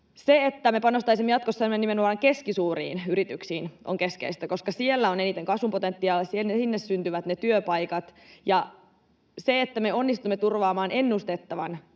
Se, että me panostaisimme jatkossa nimenomaan keskisuuriin yrityksiin, on keskeistä, koska siellä on eniten kasvupotentiaalia, sinne syntyvät ne työpaikat — ja liittyen siihen, että me onnistumme turvaamaan ennustettavan